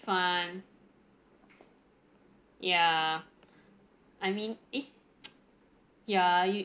fun ya I mean eh ya you